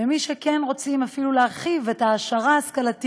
ומי שרוצים אפילו להרחיב את ההשכלה,